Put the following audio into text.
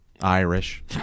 Irish